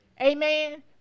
Amen